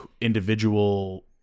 individual